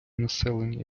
населення